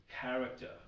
character